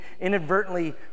inadvertently